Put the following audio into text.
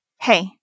Hey